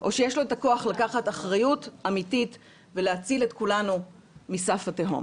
או שיש לו את הכוח לקחת אחריות אמיתית ולהציל את כולנו מסף התהום.